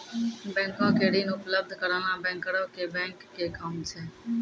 बैंको के ऋण उपलब्ध कराना बैंकरो के बैंक के काम छै